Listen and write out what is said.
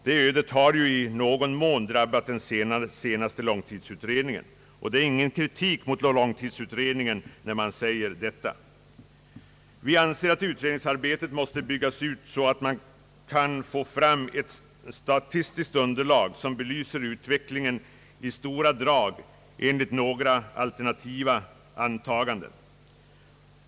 Det ödet har i någon mån drabbat den senaste långtidsutredningen, och det är ingen kritik mot långtidsutredningen när man säger detta. : Vi anser att utredningsarbetet måste byggas ut så att man kan få fram ett statistiskt underlag som belyser utvecklingen i stora drag enligt några alternativa antaganden.